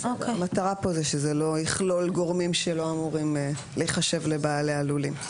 המטרה כאן שזה לא יכלול גורמים שלא אמורים להיחשב כבעלי הלולים.